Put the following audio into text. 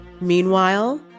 Meanwhile